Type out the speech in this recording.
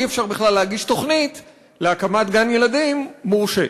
אי-אפשר בכלל להגיש תוכנית להקמת גן-ילדים מורשה.